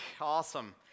Awesome